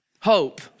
Hope